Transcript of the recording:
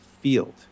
field